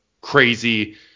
crazy